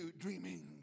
dreaming